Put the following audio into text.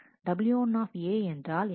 W1 என்றால் என்ன